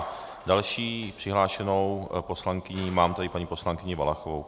A další přihlášenou poslankyni tady mám poslankyni Valachovou.